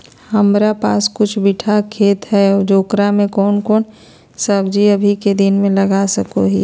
हमारा पास कुछ बिठा खेत खाली है ओकरा में कौन कौन सब्जी अभी के दिन में लगा सको हियय?